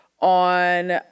On